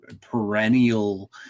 perennial